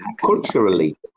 culturally